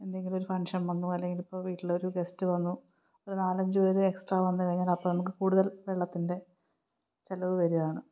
എന്തെങ്കിലും ഒരു ഫംഗ്ഷൻ വന്നു അല്ലെങ്കില് ഇപ്പോള് വീട്ടിലൊരു ഗസ്റ്റ് വന്നു ഒരു നാലഞ്ച് പേര് എക്സ്ട്രാ വന്നുകഴിഞ്ഞാൽ അപ്പോള് നമുക്ക് കൂടുതൽ വെള്ളത്തിൻ്റെ ചെലവ് വരികയാണ്